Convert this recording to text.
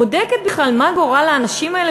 בודקת בכלל מה גורל האנשים האלה,